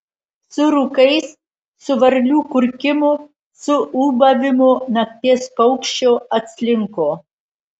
su rūkais su varlių kurkimu su ūbavimu nakties paukščio atslinko